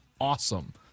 awesome